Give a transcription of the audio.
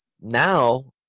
now